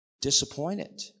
disappointed